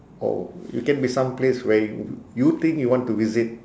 or it can be some place where you think you want to visit